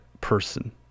person